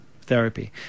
therapy